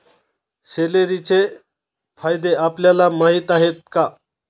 सेलेरीचे फायदे आपल्याला माहीत आहेत का?